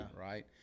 right